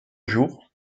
jours